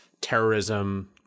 terrorism